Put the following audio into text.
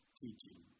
teaching